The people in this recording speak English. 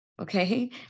Okay